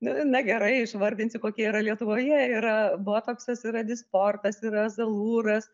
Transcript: na gerai išvardinsiu kokie yra lietuvoje yra botoksas yra dysportas yra azalūras